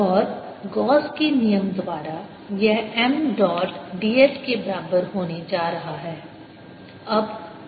और गॉस के नियम द्वारा यह M डॉट ds के बराबर होने जा रहा है